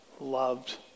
loved